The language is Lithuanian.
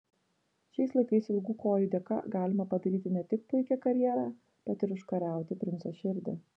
šiais laikais ilgų kojų dėka galima padaryti ne tik puikią karjerą bet ir užkariauti princo širdį